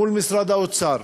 מול משרד האוצר,